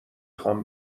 خوام